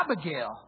Abigail